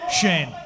Shane